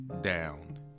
down